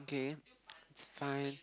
okay it's fine